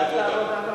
ועדת העוני.